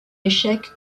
échec